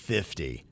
Fifty